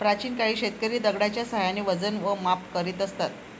प्राचीन काळी शेतकरी दगडाच्या साहाय्याने वजन व माप करीत असत